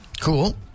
Cool